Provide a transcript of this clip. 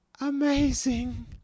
amazing